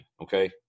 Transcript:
Okay